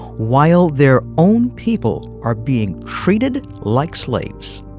while their own people are being treated like slaves